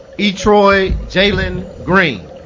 etroy jaylin green